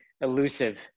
elusive